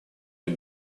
как